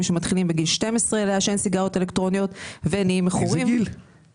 שמתחילים לעשן סיגריות אלקטרוניות בגיל 12 ומתמכרים.